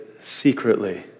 secretly